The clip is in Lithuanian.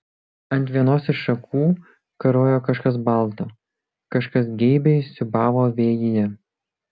ant vienos iš šakų karojo kažkas balta kažkas geibiai siūbavo vėjyje